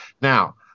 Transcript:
Now